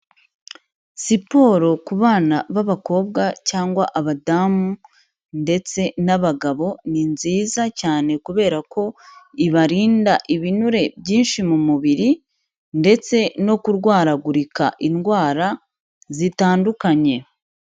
Siporo ku bana b'abakobwa cyangwa abadamu ndetse n'abagabo, ni nziza cyane kubera ko ibarinda ibinure byinshi mu mubiri ndetse no kurwaragurika indwara zitandukanye.